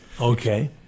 Okay